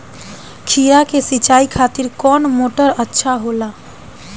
खीरा के सिचाई खातिर कौन मोटर अच्छा होला?